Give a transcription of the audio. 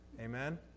Amen